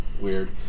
Weird